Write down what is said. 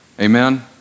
Amen